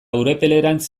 urepelerantz